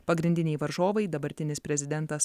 pagrindiniai varžovai dabartinis prezidentas